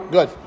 Good